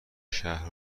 شهر